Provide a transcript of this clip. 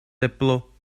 teplo